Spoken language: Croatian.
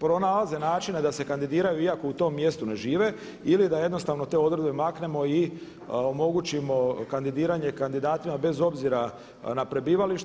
pronalaze načina da se kandidiraju iako u tom mjestu žive ili da jednostavno te odredbe maknemo i omogućimo kandidiranje kandidatima bez obzira na prebivalište.